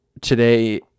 today